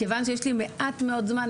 מכיוון שיש לי מעט מאוד זמן,